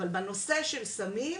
אבל בנושא של סמים,